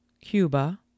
Cuba